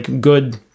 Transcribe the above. good